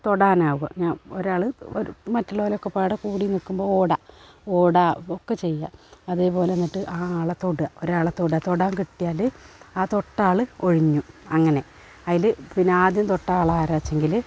തൊടാനാകുക ഞ ഒരാൾ ഒരു മറ്റുള്ളോരൊക്കെ പാടെ കൂടി നിൽക്കുമ്പോൾ ഓട ഓടുക ഒക്കെ ചെയ്യുക അതേപോലെന്നിട്ട് ആ ആളെ തൊടുക ഒരാളെ തൊടുക തൊടാൻ കിട്ടിയാൽ ആ തൊട്ടയാൾ ഒഴിഞ്ഞു അങ്ങനെ അതിൽ പിന്നെ ആദ്യം തൊട്ടാളാരാച്ചെങ്കിൽ